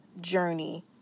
journey